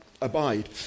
abide